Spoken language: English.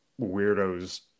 weirdos